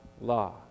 law